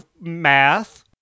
math